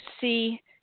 see